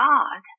God